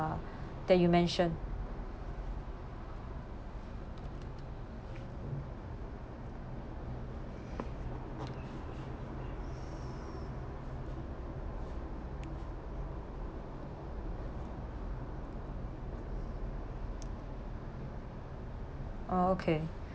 that you mentioned ah okay